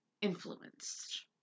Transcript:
influenced